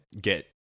get